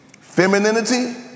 femininity